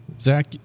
Zach